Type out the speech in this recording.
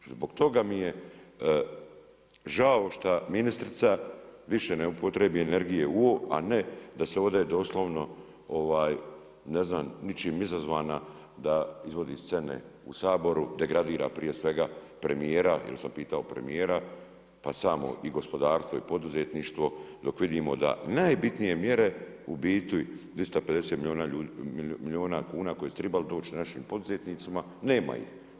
Zbog toga mi je žao šta ministrica više ne upotrebljava energije u ovo, a ne da se ovdje doslovno, ne znam, ničim izazvana izvodi scene u Saboru, degradira prije svega premjera, jer sam pitao premjera, pa samo i gospodarstvo i poduzetništvo, dok vidimo da najbitnije mjere u biti 250 milijuna kuna koji su trebali doći našim poduzetnicima, nemaju.